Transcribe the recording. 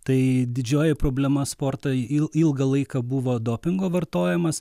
tai didžioji problema sportui ilgą laiką buvo dopingo vartojimas